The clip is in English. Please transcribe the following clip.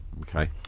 Okay